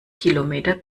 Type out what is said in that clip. kilometer